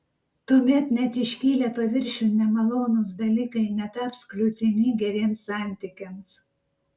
tuomet net iškilę paviršiun nemalonūs dalykai netaps kliūtimi geriems santykiams